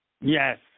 Yes